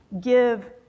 give